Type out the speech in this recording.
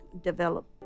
develop